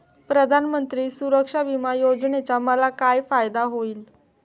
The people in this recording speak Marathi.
प्रधानमंत्री सुरक्षा विमा योजनेचा मला काय फायदा होईल?